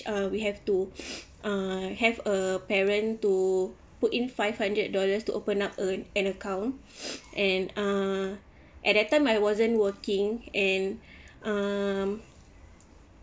err we have to uh have a parent to put in five hundred dollars to open up an an account and uh at that time I wasn't working and um